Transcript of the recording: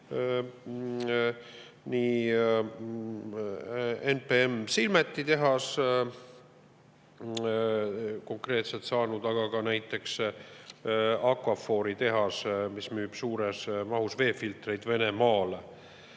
NPM Silmeti tehas on saanud, aga ka näiteks Aquaphori tehas, mis müüb suures mahus veefiltreid Venemaale.